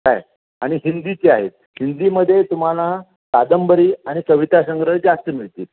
काय आणि हिंदीची आहेत हिंदीमध्ये तुम्हाला कादंबरी आणि कवितासंग्रह जास्त मिळतील